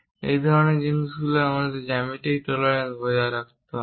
এই ধরনের জিনিসগুলিও জ্যামিতিক টলারেন্স বজায় রাখতে হবে